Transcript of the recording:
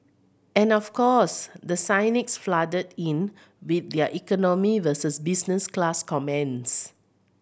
and of course the cynics flooded in with their economy versus business class comments